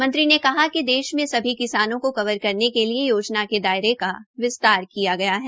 मंत्री ने बताया कि देश में सभी किसानों को कवर करने के लिये योजना के दायरे का विस्तार किया गया है